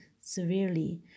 severely